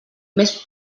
més